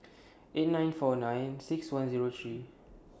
eight nine four nine six one Zero three